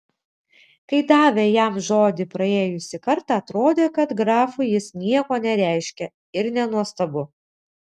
kai davė jam žodį praėjusį kartą atrodė kad grafui jis nieko nereiškia ir nenuostabu